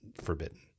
forbidden